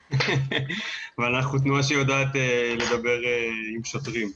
אבל אנחנו תנועה שיודעת לדבר עם שוטרים,